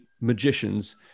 magicians